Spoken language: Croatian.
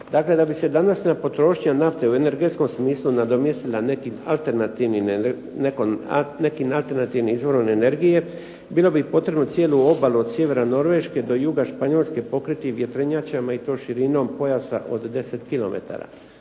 Dakle, da bi se današnja potrošnja nafte u energetskom smislu nadomjestila nekim alternativnim izvorom energije bilo bi potrebno cijelu obalu od sjevera Norveške do juga Španjolske pokriti vjetrenjačama i to širinom pojasa od 10